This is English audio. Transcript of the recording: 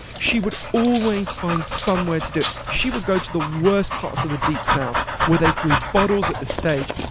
she would always find somewhere to do it. she would go to the worst parts of the deep south where they threw bottles at the stage,